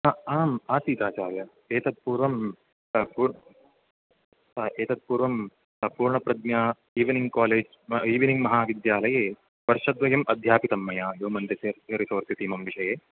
आम् आसीत् आचार्य एतत् पुर्वं एतत् पुर्वं पुर्णप्रज्ञा इविनिङ्ग कालेज़् इविनिङ्ग् महाविद्यालये वर्षद्वयं अध्यापितं मया ह्युमन् रिसर्स रिसोर्स इति इमं विषये